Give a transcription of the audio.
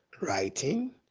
writing